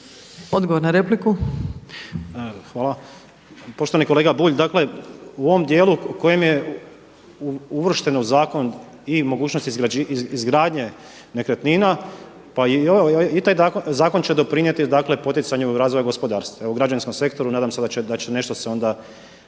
(Nezavisni)** Hvala. Poštovani kolega Bulj, dakle u ovom dijelu u kojem je uvršteno u zakon i mogućnost izgradnje nekretnina pa i taj zakon će doprinijeti, dakle poticanju razvoja gospodarstva. Evo građevinskom sektoru nadam se da će nešto se onda